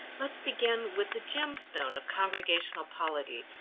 let's begin with the gem stone of congregational polity,